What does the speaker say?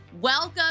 welcome